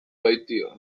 baitio